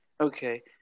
okay